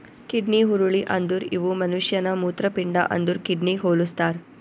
kidney ಹುರುಳಿ ಅಂದುರ್ ಇವು ಮನುಷ್ಯನ ಮೂತ್ರಪಿಂಡ ಅಂದುರ್ ಕಿಡ್ನಿಗ್ ಹೊಲುಸ್ತಾರ್